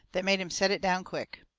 that made him set it down quick.